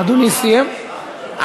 אדוני סיים?